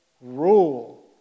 rule